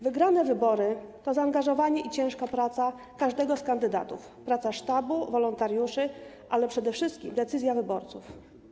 Wygrane wybory to zaangażowanie i ciężka praca każdego z kandydatów, praca sztabu, wolontariuszy, ale przede wszystkim decyzja wyborców.